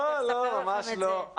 לא, ממש לא.